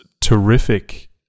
terrific